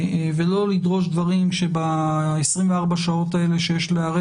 ולא לדרוש דברים שב-24 השעות האלה שיש להיערך,